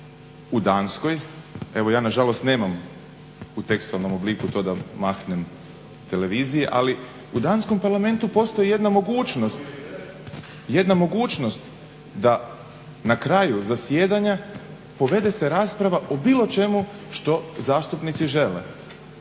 U Danskoj evo ja nažalost nemam u tekstualnom obliku da mahnem televiziji ali u danskom Parlamentu postoji jedna mogućnost da na kraju zasjedanja povede se rasprava o bilo čemu što zastupnici žele.